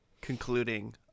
concluding